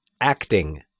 acting